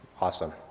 Awesome